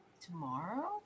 Tomorrow